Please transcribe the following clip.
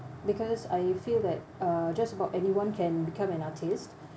because I feel that uh just about anyone can become an artist